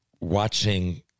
watching